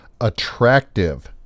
attractive